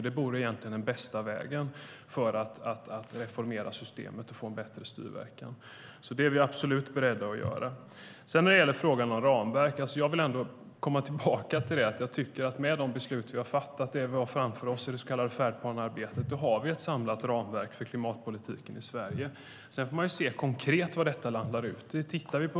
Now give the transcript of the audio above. Det vore den bästa vägen för att reformera systemet och få en bättre styrverkan. Det är vi absolut beredda att göra. När det gäller frågan om ramverk vill jag komma tillbaka till att jag tycker att vi med de beslut som vi har fattat och det så kallade färdplansarbetet har ett samlat ramverk för klimatpolitiken i Sverige. Sedan får man se var detta konkret landar.